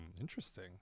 Interesting